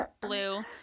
blue